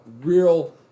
real